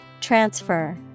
Transfer